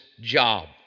job